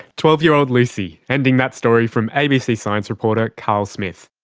twelve-year-old lucie, ending that story from abc science reporter carl smith